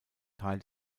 teil